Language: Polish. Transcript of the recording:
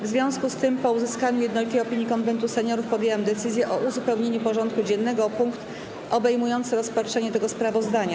W związku z tym, po uzyskaniu jednolitej opinii Konwentu Seniorów, podjęłam decyzję o uzupełnieniu porządku dziennego o punkt obejmujący rozpatrzenie tego sprawozdania.